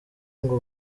ngo